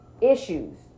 issues